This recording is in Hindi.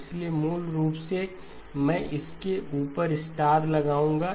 इसलिए मूल रूप से मैं इसके ऊपर स्टार लगाऊंगा